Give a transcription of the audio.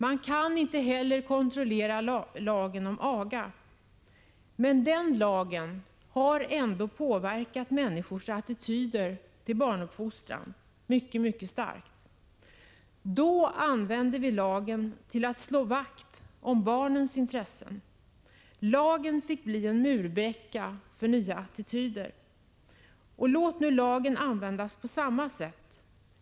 Man kan inte heller kontrollera lagen om aga, men den har ändå påverkat människors attityder till barnuppfostran mycket starkt. Då använde vi lagen till att slå vakt om barnens intressen. Lagen fick bli en murbräcka i strävandet att skapa nya attityder. Låt nu lagen användas på samma sätt!